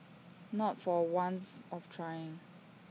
not for want of trying